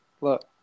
look